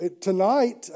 Tonight